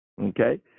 okay